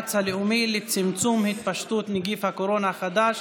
במאמץ הלאומי לצמצום התפשטות נגיף הקורונה החדש